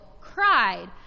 cried